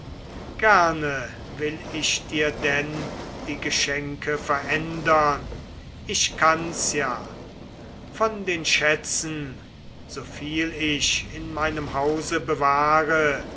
gerne will ich dir denn die geschenke verändern ich kann's ja von den schätzen soviel ich in meinem hause bewahre